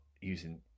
using